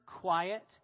quiet